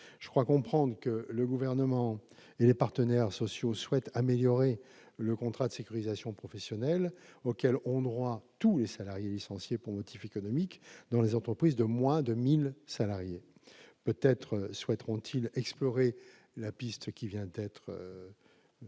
Je crois savoir que le Gouvernement et les partenaires sociaux souhaitent améliorer le contrat de sécurisation professionnelle auquel ont droit tous les salariés licenciés pour motif économique dans les entreprises de moins de 1 000 salariés. Peut-être souhaiteront-ils explorer la piste ouverte par M.